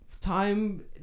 time